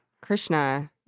Krishna